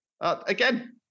Again